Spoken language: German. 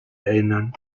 erinnern